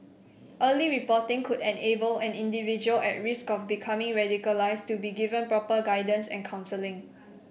early reporting could enable an individual at risk of becoming radicalised to be given proper guidance and counselling